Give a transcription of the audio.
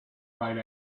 right